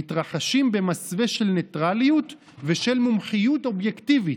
"מתרחשים במסווה של ניטרליות ושל מומחיות אובייקטיבית,